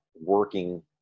working